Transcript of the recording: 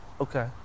Okay